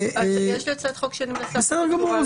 -- יש לי הצעת חוק שאני --- בסדר גמור.